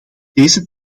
deze